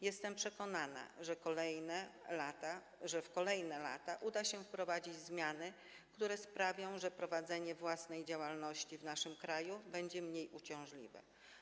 Jestem przekonana, że w kolejnych latach uda się wprowadzić zmiany, które sprawią, że prowadzenie własnej działalności w naszym kraju będzie mniej uciążliwe.